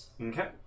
Okay